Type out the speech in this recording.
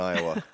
Iowa